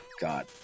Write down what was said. god